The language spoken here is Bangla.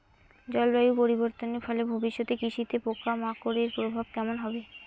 জলবায়ু পরিবর্তনের ফলে ভবিষ্যতে কৃষিতে পোকামাকড়ের প্রভাব কেমন হবে?